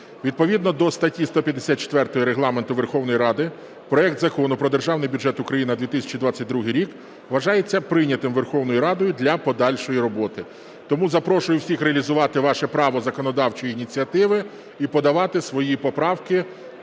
Відповідно до статті 154 Регламенту Верховної Ради проект Закону про Державний бюджет України на 2022 рік вважається прийнятим Верховною Радою для подальшої роботи. Тому запрошую всіх реалізувати ваше право законодавчої ініціативи і подавати свої поправки